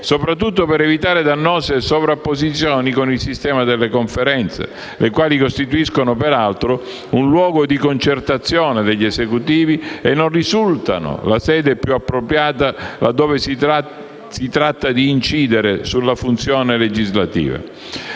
soprattutto per evitare dannose sovrapposizioni con il sistema delle Conferenze, le quali costituiscono peraltro un luogo di concertazione degli esecutivi e non risultano la sede più appropriata laddove si tratta di incidere sulla funzione legislativa.